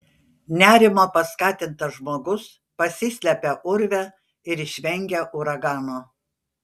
nerimo paskatintas žmogus pasislepia urve ir išvengia uragano